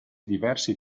diversi